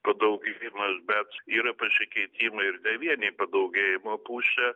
padaugėjimas bet yra pasikeitimai ir ne vien į padaugėjimo pusę